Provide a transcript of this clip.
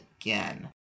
again